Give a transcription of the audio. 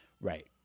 Right